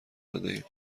دادهایم